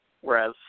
whereas